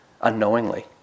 unknowingly